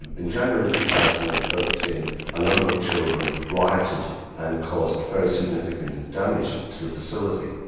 and in january two thousand and thirteen a number of children rioted and caused very significant damage to the facility.